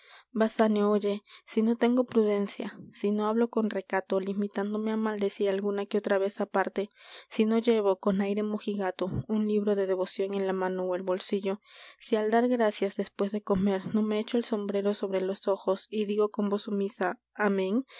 graciano basanio oye si no tengo prudencia si no hablo con recato limitándome á maldecir alguna que otra vez aparte si no llevo con aire mojigato un libro de devocion en la mano ó el bolsillo si al dar gracias despues de comer no me echo el sombrero sobre los ojos y digo con voz sumisa amen